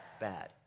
bad